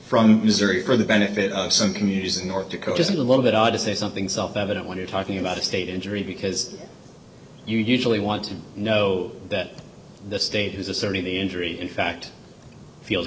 from missouri for the benefit of some communities in north dakota is a little bit odd to say something self evident when you're talking about a state injury because you usually want to know that the state has asserted the injury in fact field